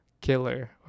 killer